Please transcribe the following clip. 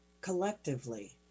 collectively